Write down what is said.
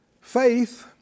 Faith